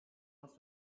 must